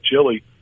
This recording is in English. chili